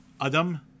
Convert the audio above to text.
Adam